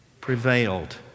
prevailed